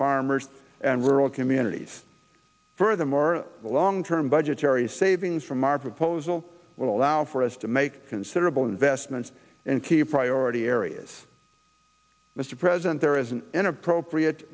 farmers and rural communities furthermore the long term budgetary savings from our proposal will allow for us to make considerable investments in key priority areas mr president there is an inappropriate